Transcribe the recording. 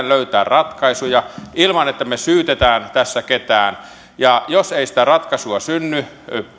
löytää ratkaisuja ilman että me syytämme tässä ketään jos ei sitä ratkaisua synny